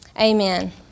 Amen